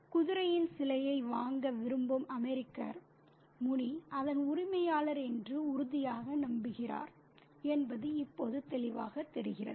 குதிரையின் சிலையை வாங்க விரும்பும் அமெரிக்கர் முனி அதன் உரிமையாளர் என்று உறுதியாக நம்புகிறார் என்பது இப்போது தெளிவாகத் தெரிகிறது